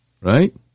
right